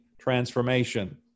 transformation